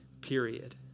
period